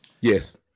Yes